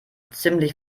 ziemlich